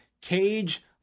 Cage